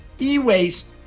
e-waste